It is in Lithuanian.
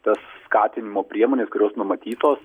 tas skatinimo priemonės kurios numatytos